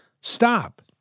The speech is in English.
Stop